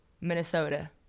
Minnesota